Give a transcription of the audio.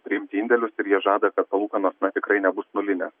priimti indėlius ir jie žada kad palūkanos tikrai nebus nulinės